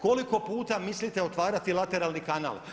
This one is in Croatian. Koliko puta mislite otvarati lateralni kanal?